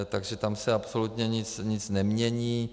Takže tam se absolutně nic nemění.